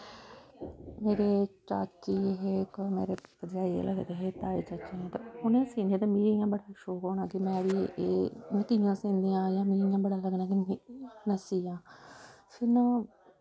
मेरे चाची हे इक ओह् मेरे भरज़ाई गै लगदे हे ताएं चाचें च ते उ'नें सीने ते मीं इ'यां बड़ा शौंक होना कि में बी एह् कि'यां सींदियां जां मिगी इ'यां बड़ा लग्गना कि मिगी में सियां फिर में